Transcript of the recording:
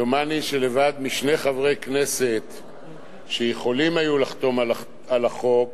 דומני שלבד משני חברי כנסת שיכולים היו לחתום על החוק,